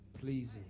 pleasing